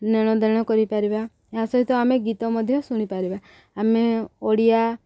ନେଣଦେଣ କରିପାରିବା ଏହା ସହିତ ଆମେ ଗୀତ ମଧ୍ୟ ଶୁଣିପାରିବା ଆମେ ଓଡ଼ିଆ